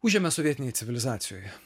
užėmė sovietinėj civilizacijoje